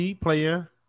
player